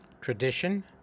tradition